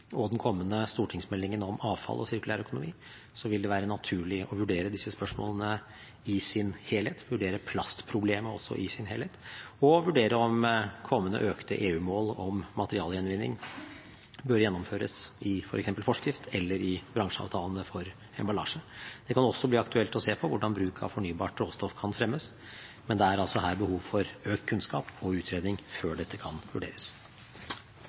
og den kommende stortingsmeldingen om avfall og sirkulær økonomi vil det være naturlig å vurdere disse spørsmålene i sin helhet, vurdere plastproblemet også i sin helhet og vurdere om kommende økte EU-mål om materialgjenvinning bør gjennomføres i f.eks. forskrift eller i bransjeavtalene for emballasje. Det kan også bli aktuelt å se på hvordan bruk av fornybart råstoff kan fremmes, men det er altså behov for økt kunnskap og utredning før dette kan vurderes.